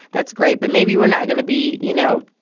that's great. but maybe we're not gonna be, you know,